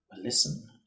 Listen